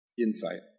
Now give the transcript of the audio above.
insight